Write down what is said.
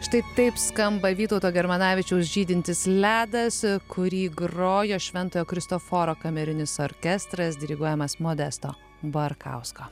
štai taip skamba vytauto germanavičiaus žydintis ledas kurį groja šventojo kristoforo kamerinis orkestras diriguojamas modesto barkausko